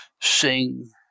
sing